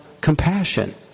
compassion